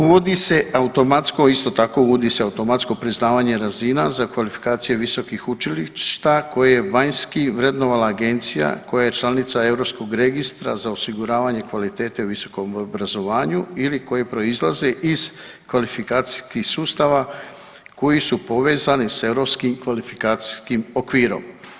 Uvodi se automatsko, isto tako uvodi se automatsko priznavanje razina za kvalifikacije visokih učilišta koje je vanjski vrednovala agencija koja je članica Europskog registra za osiguravanje kvalitete u visokom obrazovanju ili koji proizlaze iz kvalifikacijskih sustava koji su povezani s Europskim kvalifikacijskim okvirom.